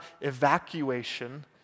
evacuation